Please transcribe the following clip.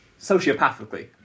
sociopathically